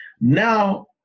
now